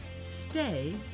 stay